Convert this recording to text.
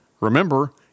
Remember